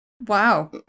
Wow